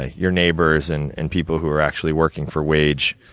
ah your neighbors, and and people who are actually working for wage.